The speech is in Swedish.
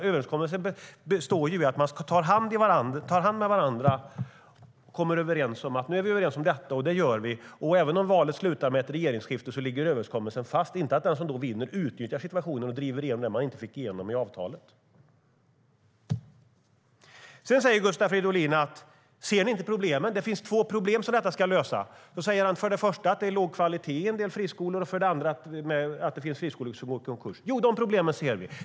En överenskommelse består i att man tar varandra i hand och kommer överens, och även om valet slutar med regeringsskifte ligger överenskommelsen fast - inte i att den som vinner valet utnyttjar situationen och driver igenom det man inte fick igenom i avtalet. Sedan säger Gustav Fridolin att det finns två problem som detta ska lösa. För det första, säger han, är det låg kvalitet i en del friskolor, och för det andra finns det friskolor som går i konkurs. Jo, de problemen ser vi.